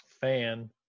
fan